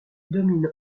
domine